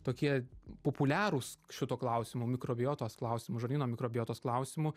tokie populiarūs šituo klausimu mikrobiotos klausimu žarnyno mikrobiotos klausimu